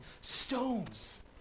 stones